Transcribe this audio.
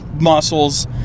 muscles